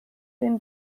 den